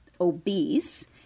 obese